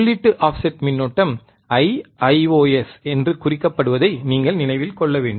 உள்ளீட்டு ஆஃப்செட் மின்னோட்டம் ஐஐஓஎஸ் என்று குறிக்கப்படுவதை நீங்கள் நினைவில் கொள்ள வேண்டும்